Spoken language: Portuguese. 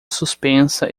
suspensa